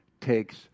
takes